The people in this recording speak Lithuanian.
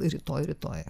rytoj rytoj